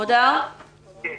עשיתי